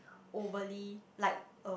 overly like uh